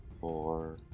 Four